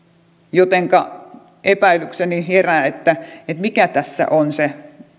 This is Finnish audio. jotenka epäilykseni herää että mikä tässä on se